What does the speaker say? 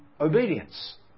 obedience